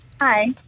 hi